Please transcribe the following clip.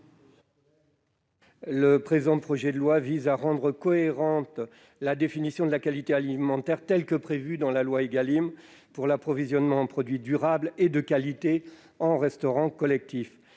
Le présent projet de loi vise à rendre cohérente la définition de la qualité alimentaire telle qu'elle est prévue par la loi Égalim pour l'approvisionnement en produits durables et de qualité en restauration collective.